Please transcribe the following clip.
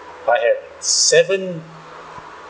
I had seven